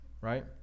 Right